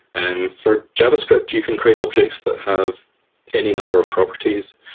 and for javascript, you can create objects that have any number of properties.